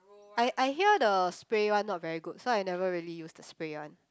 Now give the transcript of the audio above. I I hear the spray one not very good so I never really use the spray one